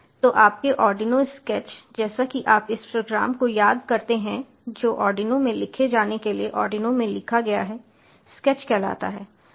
तो आपके Arduino sketch जैसा कि आप उस प्रोग्राम को याद करते हैं जो आर्डिनो में लिखे जाने के लिए आर्डिनो में लिखा गया है स्केच कहलाता है